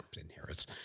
inherits